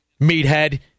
Meathead